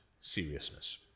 seriousness